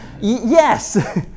Yes